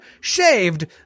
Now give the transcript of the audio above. shaved